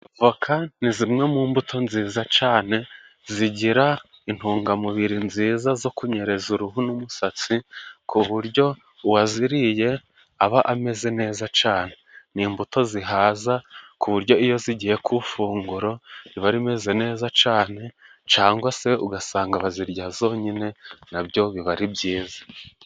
Voka ni zimwe mu mbuto nziza cyane zigira intungamubiri nziza zo kunyereza uruhu n'umusatsi ku buryo uwaziriye aba ameze neza cyane. Ni imbuto zihaza ku buryo iyo zigiye ku ifunguro riba rimeze neza cyane cyangwa se ugasanga bazirya zonyine nabyo biba ari byiza.